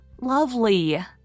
Lovely